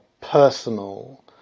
personal